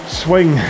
swing